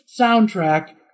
soundtrack